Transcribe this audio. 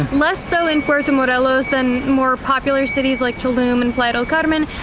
less so in puerto morelos than more popular cities like tulum and playa del carmen,